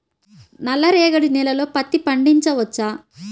నల్ల రేగడి నేలలో పత్తి పండించవచ్చా?